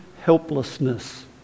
helplessness